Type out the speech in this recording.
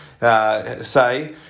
Say